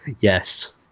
Yes